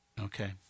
Okay